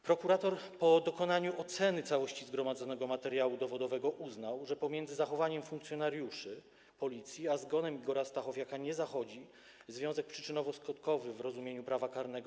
Prokurator po dokonaniu oceny całości zgromadzonego materiału dowodowego uznał, że pomiędzy zachowaniem funkcjonariuszy Policji a zgonem Igora Stachowiaka nie zachodzi związek przyczynowo-skutkowy w rozumieniu prawa karnego.